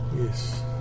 Yes